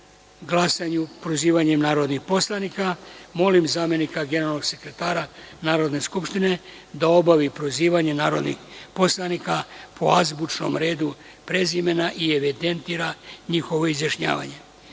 glasanju prozivanjem narodnih poslanika. Molim zamenika generalnog sekretara Narodne skupštine da obavi prozivanje narodnih poslanika, po azbučnom redu prezimena i evidentira njihovo izjašnjavanje. Napominjem